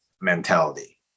mentality